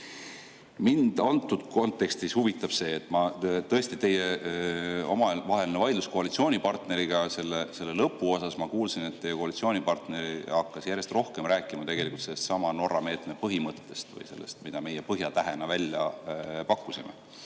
selles kontekstis see, et teie omavahelises vaidluses koalitsioonipartneriga, selle lõpuosas ma kuulsin, et teie koalitsioonipartner hakkas järjest rohkem rääkima sellestsamast Norra meetme põhimõttest või sellest, mida meie Põhjatähena välja pakkusime.